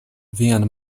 vian